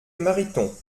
mariton